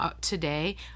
today